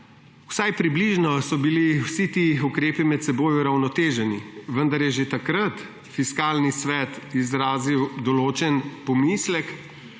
Vsaj približno so bili vsi ti ukrepi med seboj uravnoteženi, vendar je že takrat Fiskalni svet izrazil določen pomislek